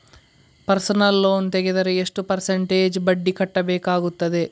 Personal loan ತೆಗೆದರೆ ಎಷ್ಟು percentage ಬಡ್ಡಿ ಕಟ್ಟಬೇಕಾಗುತ್ತದೆ?